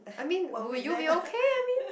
I mean would you be okay I mean